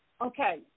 Okay